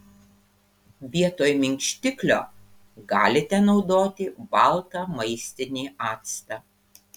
vietoj minkštiklio galite naudoti baltą maistinį actą